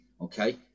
Okay